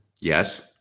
Yes